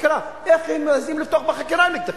חקירה על כך שהם מעזים לפתוח בחקירה נגדכם.